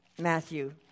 Matthew